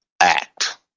Act